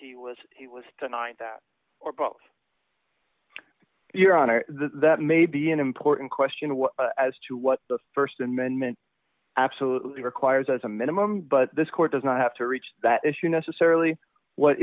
he was he was denied that or brought your honor that may be an important question as to what the st amendment absolutely requires as a minimum but this court does not have to reach that issue necessarily what